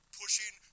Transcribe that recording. pushing